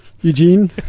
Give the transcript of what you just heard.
Eugene